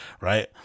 right